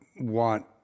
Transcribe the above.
want